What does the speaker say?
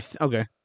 Okay